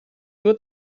nur